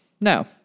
No